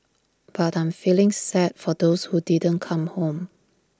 but I am feeling sad for those who didn't come home